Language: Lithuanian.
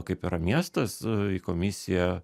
kaip yra miestas į komisiją